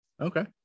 Okay